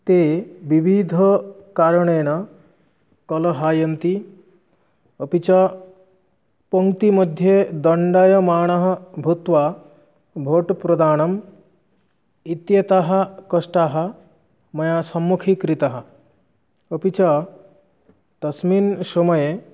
ते विविधकारणेन कलहायन्ति अपि च पङ्क्तिमध्ये दण्डायमानः भूत्वा बोट् प्रदानं इत्येतत् कष्टः मया सम्मुखीकृतः अपि च तस्मिन् समये